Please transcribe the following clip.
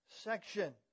section